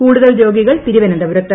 കൂടുതൽ രോഗികൾ തിരുവന്തപുരത്ത്